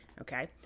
Okay